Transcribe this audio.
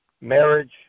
marriage